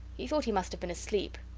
he thought he must have been asleep.